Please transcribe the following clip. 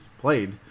played